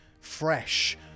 fresh